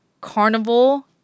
carnival